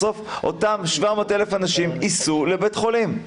בסוף אותם 700,000 אנשים ייסעו לבית החולים,